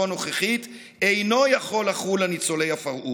הנוכחית אינו יכול לחול על ניצולי הפרהוד.